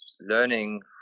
learning